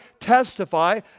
testify